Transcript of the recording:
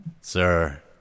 Sir